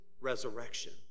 resurrection